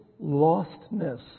lostness